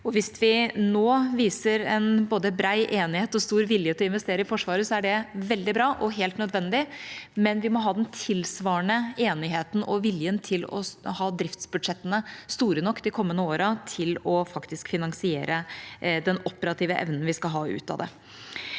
Hvis vi nå viser både bred enighet og stor vilje til å investere i Forsvaret, er det veldig bra og helt nødvendig, men vi må ha tilsvarende enighet og vilje til å ha driftsbudsjettene store nok de kommende årene til faktisk å finansiere den operative evnen vi skal få ut av det.